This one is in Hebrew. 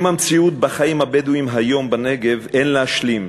עם המציאות שבה חיים הבדואים היום בנגב אין להשלים.